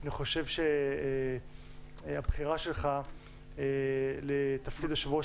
אני חושב שהבחירה בך לתפקיד יושב-ראש